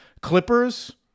Clippers